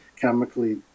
chemically